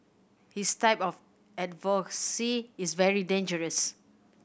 his type of advocacy is very dangerous